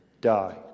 die